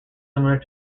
similar